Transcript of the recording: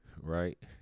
right